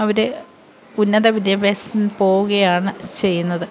അവർ ഉന്നത വിദ്യാഭ്യാസത്തിന് പോവുകയാണ് ചെയ്യുന്നത്